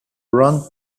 run